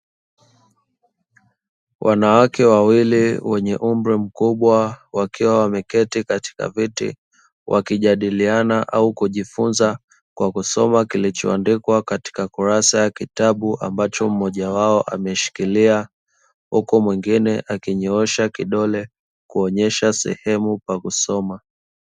Wanawake wawili wenye umri mkubwa wakiwa wameketi katika viti, wakijadiliana na kujifunza kwa kusoma kilichoandikwa katika kurasa ya kitabu, ambacho mmoja wao ameshikilia huku mwingine akinyoosha kidole kuonesha sehemu pa kusoma.